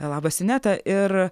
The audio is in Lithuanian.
labas ineta ir